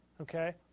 okay